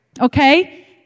okay